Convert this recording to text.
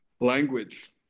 language